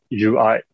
UI